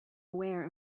aware